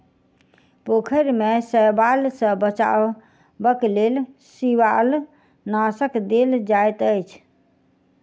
पोखैर में शैवाल सॅ बचावक लेल शिवालनाशक देल जाइत अछि